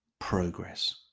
progress